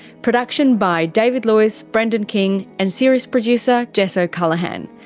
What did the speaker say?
production by david lewis, brendan king and series producer jess o'callaghan,